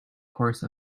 course